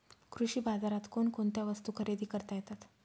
कृषी बाजारात कोणकोणत्या वस्तू खरेदी करता येतात